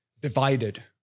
divided